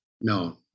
no